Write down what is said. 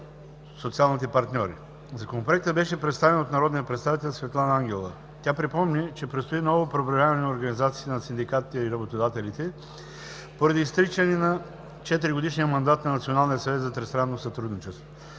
социалните партньори. Законопроектът беше представен от народния представител Светлана Ангелова. Тя припомни, че предстои ново преброяване на организациите на синдикатите и работодателите, поради изтичане на 4-годишния мандат на Националния съвет за тристранно сътрудничество.